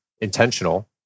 intentional